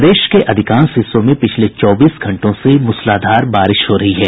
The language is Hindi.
प्रदेश के अधिकांश हिस्सों में पिछले चौबीस घंटों से मूसलाधार बारिश हो रही है